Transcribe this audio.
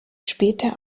später